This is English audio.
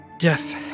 Yes